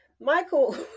michael